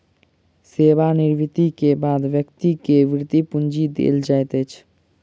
सेवा निवृति के बाद व्यक्ति के वृति पूंजी देल जाइत अछि